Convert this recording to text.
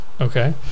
Okay